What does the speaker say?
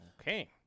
okay